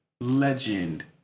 Legend